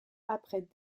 après